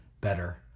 better